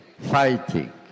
fighting